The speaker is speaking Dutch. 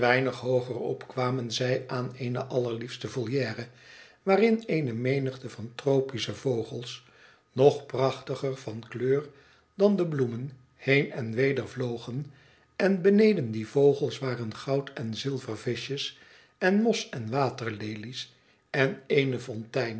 weinig hoogerop kwamen zij aan eene allerliete volière waarin eene menigte van tropische vogels nog prachtiger van kleur dan de bloe men heen en weder vlogen en beneden die vogels waren goud en zilver vischjes en mos en waterlelies en eene fontein